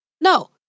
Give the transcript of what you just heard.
No